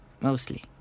mostly